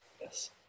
Yes